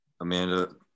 Amanda